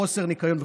חוסר ניקיון וכו',